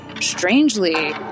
strangely